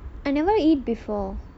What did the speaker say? I never eat before